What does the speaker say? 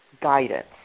guidance